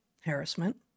harassment